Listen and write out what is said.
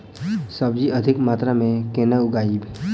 सब्जी अधिक मात्रा मे केना उगाबी?